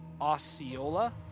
Osceola